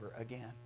again